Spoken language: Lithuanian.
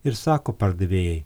ir sako pardavėjai